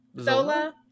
Zola